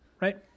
Right